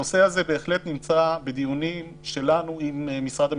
הנושא הזה בהחלט נמצא בדיונים שלנו עם משרד המשפטים.